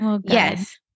yes